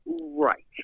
Right